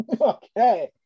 okay